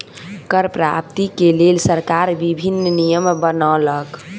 कर प्राप्ति के लेल सरकार विभिन्न नियम बनौलक